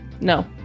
no